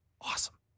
awesome